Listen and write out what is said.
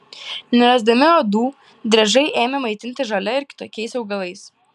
nerasdami uodų driežai ėmė maitintis žole ir kitokiais augalais